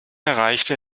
erreichte